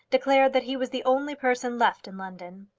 declared that he was the only person left in london.